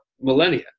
millennia